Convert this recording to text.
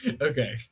Okay